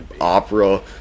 opera